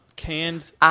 Canned